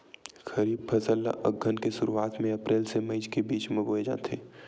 खरीफ फसल ला अघ्घन के शुरुआत में, अप्रेल से मई के बिच में बोए जाथे